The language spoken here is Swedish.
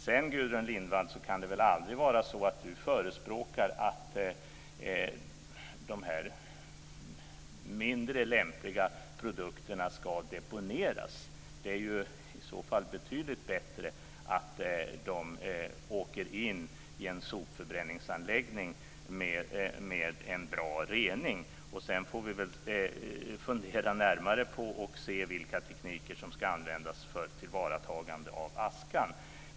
Sedan kan det väl aldrig vara så att Gudrun Lindvall förespråkar att de här mindre lämpliga produkterna ska deponeras? Det är i så fall betydligt bättre att de åker in i en sopförbränningsanläggning med en bra rening. Sedan får vi väl fundera närmare på det här och se vilka tekniker som ska användas för tillvaratagande av askan.